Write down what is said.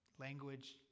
language